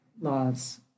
laws